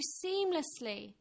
seamlessly